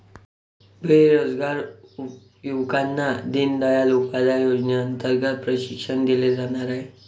बेरोजगार युवकांना दीनदयाल उपाध्याय योजनेअंतर्गत प्रशिक्षण दिले जाणार आहे